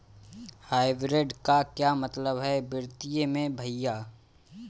Hybrid का क्या मतलब है वित्तीय में भैया?